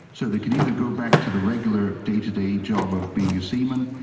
so they could either go back to the regular day-to-day job of being a seaman,